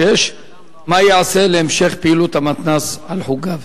6. מה ייעשה להמשך פעילות המתנ"ס על חוגיו?